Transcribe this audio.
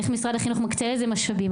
איך משרד החינוך מקצה לזה משאבים,